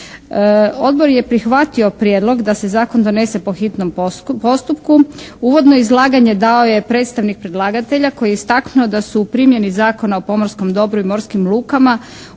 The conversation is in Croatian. Odbor je prihvatio prijedlog da se zakon donese po hitnom postupku. Uvodno izlaganje dao je predstavnik predlagatelja koji je istaknuo da su u primjeni Zakona o pomorskom dobru i morskim lukama